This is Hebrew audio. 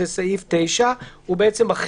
זה סעיף חדש, סעיף 9, הוא בעצם מחליף,